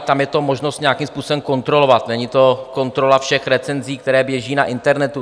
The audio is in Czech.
Tam je možnost to nějakým způsobem kontrolovat, není to kontrola všech recenzí, které běží na internetu.